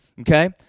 okay